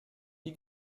die